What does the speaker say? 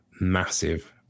massive